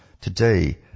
today